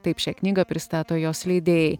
taip šią knygą pristato jos leidėjai